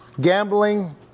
Gambling